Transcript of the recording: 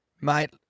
mate